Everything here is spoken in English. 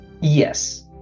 Yes